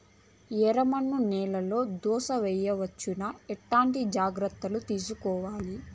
ఎర్రమన్ను నేలలో దోస వేయవచ్చునా? ఎట్లాంటి జాగ్రత్త లు తీసుకోవాలి?